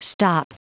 Stop